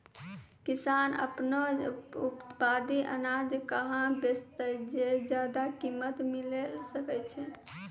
किसान आपनो उत्पादित अनाज कहाँ बेचतै जे ज्यादा कीमत मिलैल सकै छै?